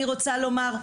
אני רוצה לומר,